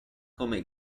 come